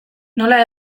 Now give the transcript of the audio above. nola